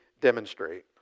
Demonstrate